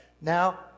Now